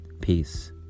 peace